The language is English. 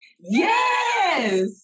Yes